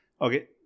Okay